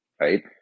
right